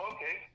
Okay